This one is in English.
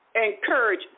Encourage